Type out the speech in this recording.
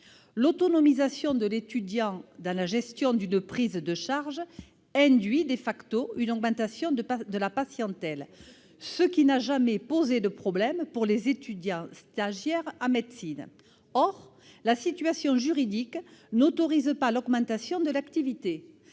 L'autonomisation de l'étudiant dans la gestion d'une prise en charge induit une augmentation de la patientèle, ce qui n'a jamais posé de problème pour les étudiants en médecine stagiaires. Or le cadre juridique actuel n'autorise pas l'augmentation de l'activité